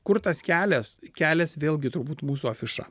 kur tas kelias kelias vėlgi turbūt mūsų afiša